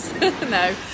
No